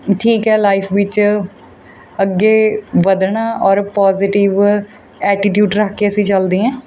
ਠੀਕ ਹੈ ਲਾਈਫ ਵਿੱਚ ਅੱਗੇ ਵੱਧਣਾ ਔਰ ਪੋਜ਼ੀਟਿਵ ਐਟੀਟਿਊਡ ਰੱਖ ਕੇ ਅਸੀਂ ਚਲਦੇ ਹੈ